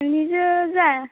मोननैजो जा